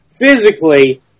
physically